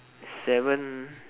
seven